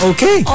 Okay